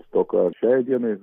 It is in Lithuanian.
stoka ar šiai dienai